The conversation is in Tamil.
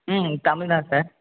ம் தமிழ் தான் சார்